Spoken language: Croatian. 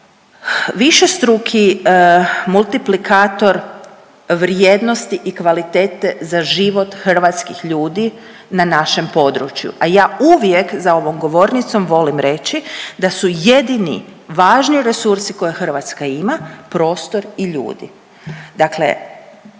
višestruki multiplikator vrijednosti i kvalitete za život hrvatskih ljudi na našem području, a ja uvijek za ovom govornicom volim reći da su jedini važni resursi koje Hrvatska ima prostor i ljudi.